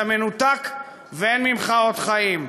אתה מנותק ואין ממך אות חיים.